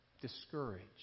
discouraged